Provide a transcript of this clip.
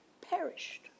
perished